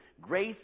grace